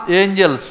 angels